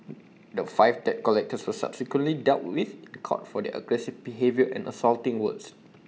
the five debt collectors subsequently dealt with in court for their aggressive behaviour and insulting words